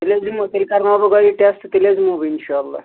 تیٚلہِ حظ یِمو تیٚلہِ کرناو بہٕ گۄڈٕ یہِ ٹٮ۪سٹ تیٚلہِ حظ یِمو بہٕ اِنشااللہ